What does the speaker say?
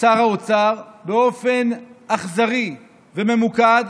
שר האוצר באופן אכזרי וממוקד,